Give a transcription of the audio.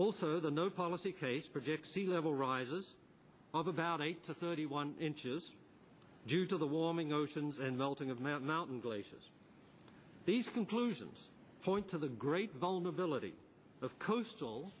also the no policy case predicts sea level rises of about eight to thirty one inches due to the warming oceans and melting of mountain glaciers these conclusions point to the great vulnerability of coastal